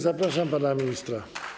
Zapraszam pana ministra.